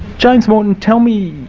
james morton, tell me,